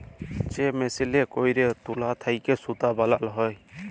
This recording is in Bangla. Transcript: যে মেসিলে ক্যইরে তুলা থ্যাইকে সুতা বালাল হ্যয়